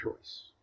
choice